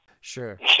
Sure